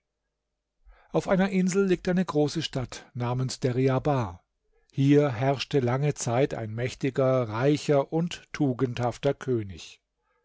auf einer insel liegt eine große stadt namens deryabar hier herrschte lange zeit ein mächtiger reicher und tugendhafter könig